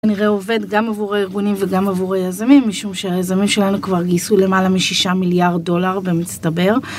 אני הרי עובד גם עבור הארגונים וגם עבור היזמים משום שהיזמים שלנו כבר גייסו למעלה מ-6 מיליארד דולר במצטבר.